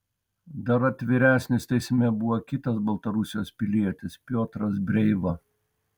dar atviresnis teisme buvo kitas baltarusijos pilietis piotras breiva